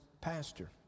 pastor